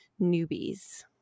newbies